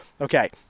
Okay